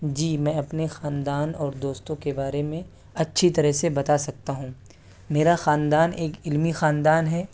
جی میں اپنے خاندان اور دوستوں کے بارے میں اچھی طرح سے بتا سکتا ہوں میرا خاندان ایک علمی خاندان ہے